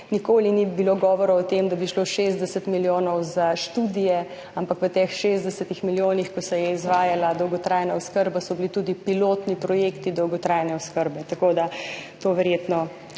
nikoli ni bilo govora o tem, da bi šlo 60 milijonov za študije. V teh 60 milijonih, ko se je izvajala dolgotrajna oskrba, so bili tudi pilotni projekti dolgotrajne oskrbe. To verjetno